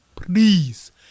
please